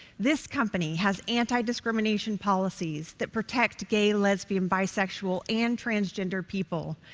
this company has anti-discrimination policies that protect gay, lesbian, bisexual and transgender people.